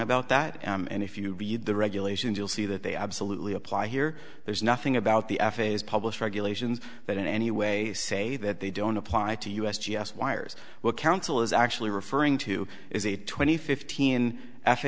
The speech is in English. about that and if you read the regulations you'll see that they absolutely apply here there's nothing about the f a a has published regulations that in any way say that they don't apply to us g s wires what council is actually referring to is a twenty fifteen f